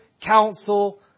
counsel